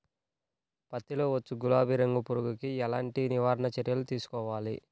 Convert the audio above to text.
పత్తిలో వచ్చు గులాబీ రంగు పురుగుకి ఎలాంటి నివారణ చర్యలు తీసుకోవాలి?